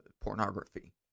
pornography